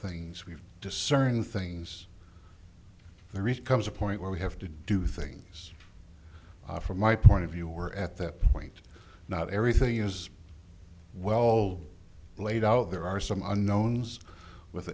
things we've discerned things there is comes a point where we have to do things from my point of view or at that point not everything is well laid out there are some unknown with